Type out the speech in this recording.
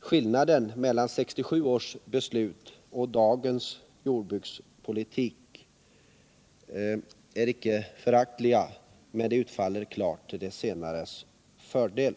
Skillnaderna mellan 1967 års beslut och dagens förslag till ny jordbrukspolitik är icke föraktliga, och de utfaller klart till det senares fördel.